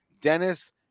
Dennis